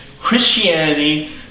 Christianity